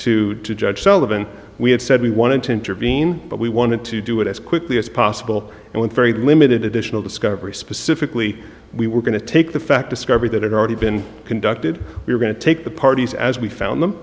to the judge sullivan we had said we wanted to intervene but we wanted to do it as quickly as possible and with very limited additional discovery specifically we were going to take the fact discovery that had already been conducted we're going to take the parties as we found them